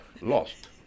lost